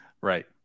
Right